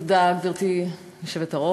תודה, גברתי היושבת-ראש.